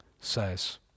says